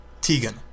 Tegan